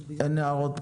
אין הערות.